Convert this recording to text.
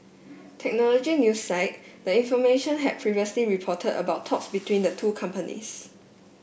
technology news site the information had previously reported about talks between the two companies